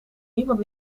niemand